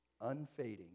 Unfading